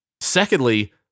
Secondly